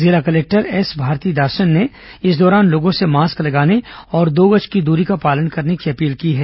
जिला collector S Bharathidasan ने इस दौरान लोगों से मास्क लगाने और दो गज की दूरी का पालन करने की अपील की है